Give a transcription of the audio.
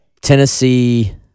Tennessee